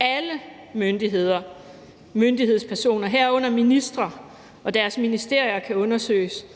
Alle myndigheder og myndighedspersoner, herunder ministre og deres ministerier, kan undersøges.